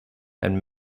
and